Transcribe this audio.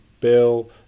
bill